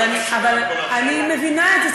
אבל אני מבינה את זה,